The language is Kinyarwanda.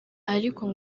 ariko